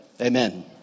Amen